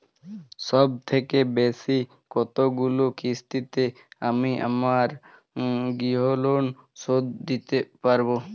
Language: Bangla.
সবথেকে বেশী কতগুলো কিস্তিতে আমি আমার গৃহলোন শোধ দিতে পারব?